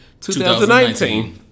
2019